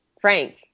Frank